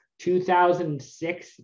2006